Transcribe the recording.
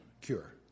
cure